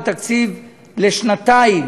הוא תקציב לשנתיים,